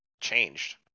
changed